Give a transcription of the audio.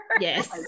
yes